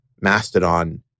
Mastodon